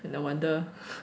no wonder